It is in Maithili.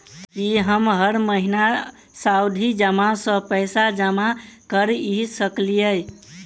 की हम हर महीना सावधि जमा सँ पैसा जमा करऽ सकलिये?